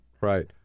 Right